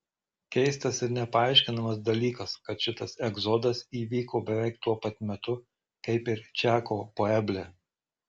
keistas ir nepaaiškinamas dalykas kad šitas egzodas įvyko beveik tuo pat metu kaip ir čako pueble